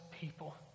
people